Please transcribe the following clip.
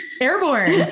airborne